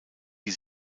die